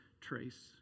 Trace